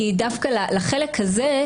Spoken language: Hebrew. כי דווקא לחלק הזה,